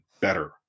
better